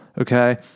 Okay